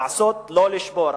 לעשות, לא לשבור.